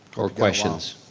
or questions?